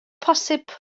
posib